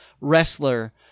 wrestler